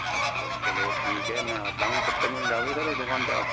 अच्छा चलो ठीक है मैं आता हूँ कब तक मिल जाओगे सर दुकान पे आप